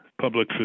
public